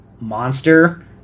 monster